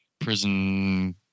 prison